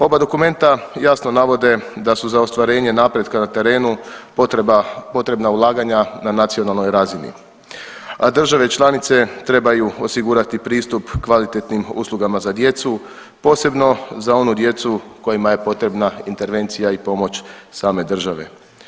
Oba dokumenta jasno navode da su za ostvarenje napretka na terenu potrebna ulaganja na nacionalnoj razini, a države članice trebaju osigurati pristup kvalitetnim uslugama za djecu, posebno za onu djecu kojima je potrebna intervencija i pomoć same države.